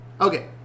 Okay